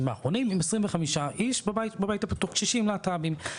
האחרונים עם 25 איש בבית הפתוח 60 להט"בים.